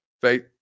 Faith